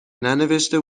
ننوشته